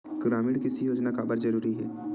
ग्रामीण कृषि योजना काबर जरूरी हे?